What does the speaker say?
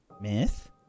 myth